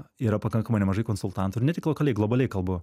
yra pakankamai nemažai konsultantų ir ne tik lokaliai globaliai kalbu